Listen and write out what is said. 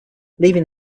leaving